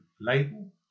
label